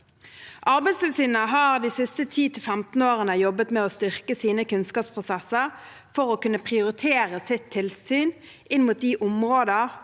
Arbeidstilsynet har de siste 10–15 årene jobbet med å styrke sine kunnskapsprosesser for å kunne prioritere sitt tilsyn inn mot de områder,